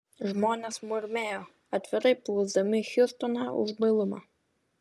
žmonės murmėjo atvirai plūsdami hiustoną už bailumą